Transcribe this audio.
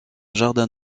jardin